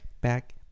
back